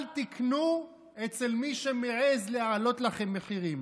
אל תיקנו אצל מי שמעז להעלות לכם מחירים.